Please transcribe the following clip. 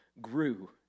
grew